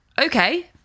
okay